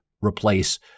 replace